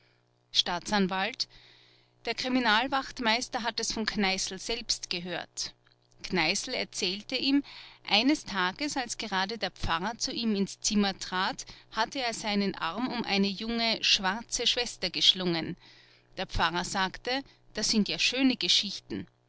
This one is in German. staatsanwalt der kriminalwachtmeister hat es von kneißl selbst gehört kneißl erzählte ihm eines tages als gerade der pfarrer zu ihm ins zimmer trat hatte er seinen arm um eine junge schwarze schwester geschlungen der pfarrer sagte das sind ja schöne geschichten